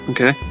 Okay